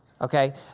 Okay